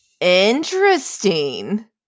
Interesting